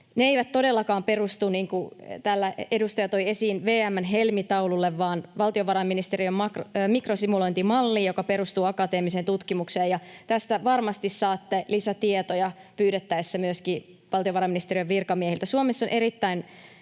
ne eivät todellakaan perustu — niin kuin täällä edustaja toi esiin — VM:n helmitauluun vaan valtiovarainministeriön mikrosimulointimalliin, joka perustuu akateemiseen tutkimukseen. Tästä varmasti saatte lisätietoja pyydettäessä myöskin valtiovarainministeriön virkamiehiltä. Suomessa on erittäin